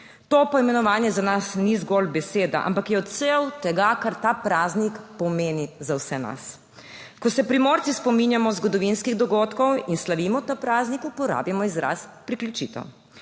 To poimenovanje za nas ni zgolj beseda, ampak je odsev tega, kar ta praznik pomeni za vse nas. Ko se Primorci spominjamo zgodovinskih dogodkov in slavimo ta praznik, uporabimo izraz priključitev.